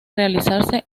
realizarse